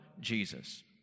Jesus